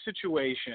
situation